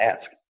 ask